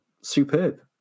superb